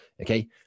Okay